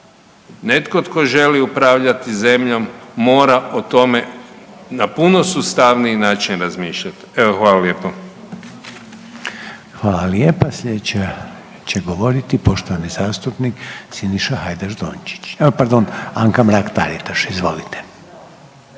netko tko želi upravljati zemljom mora o tome na puno sustavniji način razmišljat. Evo hvala lijepo. **Reiner, Željko (HDZ)** Hvala lijepa. Slijedeći će govoriti poštovani zastupnik Siniša Hajdaš Dončić, o pardon, Anka Mrak Taritaš, izvolite.